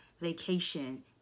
vacation